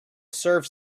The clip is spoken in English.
serves